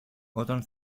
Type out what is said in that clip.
όταν